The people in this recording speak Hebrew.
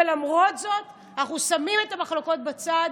ולמרות זאת אנחנו שמים את המחלוקות בצד